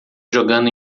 jogando